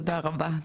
תודה רבה,